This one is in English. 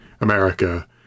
America